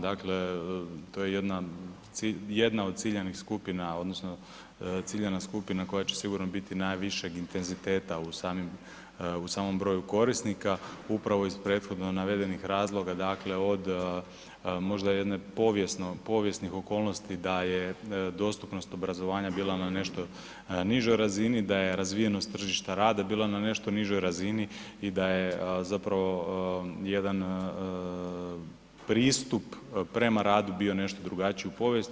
Dakle, to je jedna od ciljanih skupina odnosno ciljana skupina koja će sigurno biti najvišeg intenziteta u samim, u samom broju korisnika upravo iz prethodno navedenih razloga dakle od možda jedne povijesne, povijesnih okolnosti da je dostupnost obrazovanja bila na nešto nižoj razini, da je razvijenost tržišta rada bila na nešto nižoj razini i da je zapravo jedan pristup prema radu bio nešto drugačiji u povijesti.